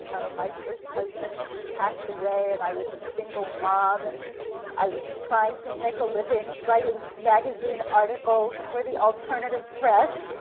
my first husband passed away and i was a single mom and i was trying to make a living writing magazine articles for the alternative press,